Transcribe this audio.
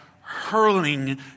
hurling